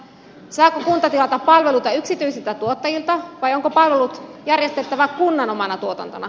saako kunta tilata palveluita yksityisiltä tuottajilta vai onko palvelut järjestettävä kunnan omana tuotantona